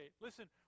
Listen